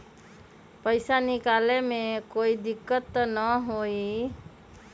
पैसा निकाले में कोई दिक्कत त न होतई?